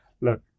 look